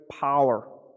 power